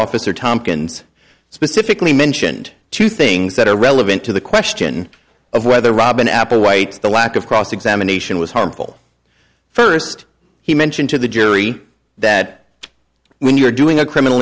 officer tompkins specifically mentioned two things that are relevant to the question of whether robin applewhite the lack of cross examination was harmful first he mentioned to the jury that when you're doing a criminal